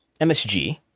MSG